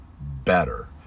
better